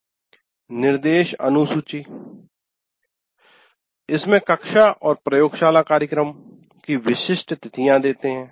"निर्देश अनुसूची" - इसमें "कक्षा और प्रयोगशाला कार्यक्रम" की विशिष्ट तिथियां देते है